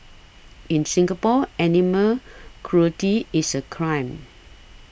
in Singapore animal cruelty is a crime